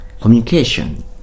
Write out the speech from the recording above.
communication